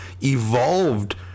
evolved